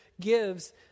gives